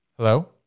Hello